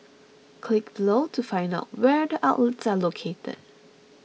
click below to find out where the outlets are located